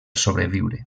sobreviure